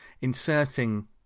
inserting